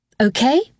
okay